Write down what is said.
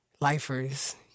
lifers